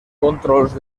controls